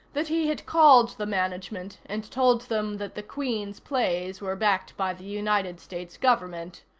that he had called the management and told them that the queen's plays were backed by the united states government.